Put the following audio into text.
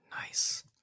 Nice